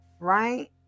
Right